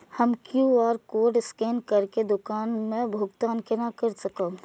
हम QR code scan करके दुकान में भुगतान केना कर सकब?